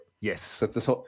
yes